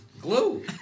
glue